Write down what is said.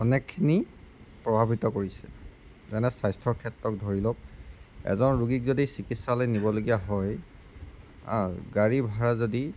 অনেকখিনি প্ৰভাৱিত কৰিছে যেনে স্বাস্থ্যৰ ক্ষেত্ৰত ধৰি লওক এজন ৰোগীক যদি চিকিৎচালয় নিবলগীয়া হয় গাড়ী ভাড়া যদি